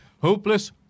Hopeless